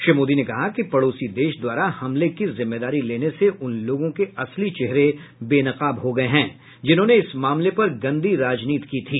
श्री मोदी ने कहा कि पड़ोसी देश द्वारा हमले की जिम्मेदारी लेने से उन लोगों के असली चेहरे बेनकाब हो गये हैं जिन्होंने इस मामले पर गंदी राजनीति की थी